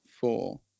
four